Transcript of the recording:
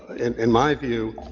in my view,